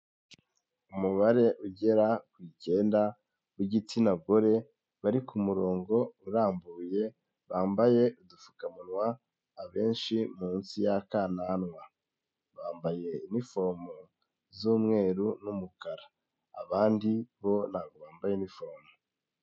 Umubare ugera ku icyenda w'igitsina gore, bari ku murongo urambuye, bambaye udupfukamunwa, abenshi munsi y'akananwa. Bambaye inifomo z'umweru n'umukara. Abandi bo ntabwo bambaye inifomo.